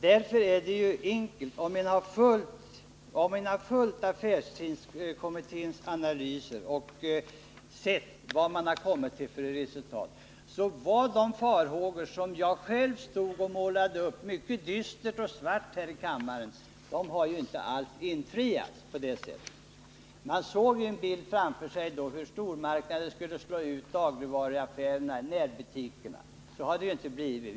Därför är det enkelt, om man har studerat affärstidskommitténs analyser och sett vad den kommit till för resultat, att konstatera att de farhågor som jag själv här i kammaren målade ut med hjälp av en mycket dyster och svart bild inte alls har besannats. Man såg en bild framför sig av hur stormarknader skulle slå ut dagligvaruaffärer och närbutiker. Men så har det inte blivit.